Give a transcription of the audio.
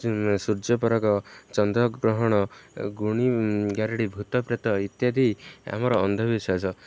ସୂର୍ଯ୍ୟପରାଗ ଚନ୍ଦ୍ରଗ୍ରହଣ ଗୁଣି ଗାରେଡ଼ି ଭୂତ ପ୍ରେତ ଇତ୍ୟାଦି ଆମର ଅନ୍ଧବିଶ୍ୱାସ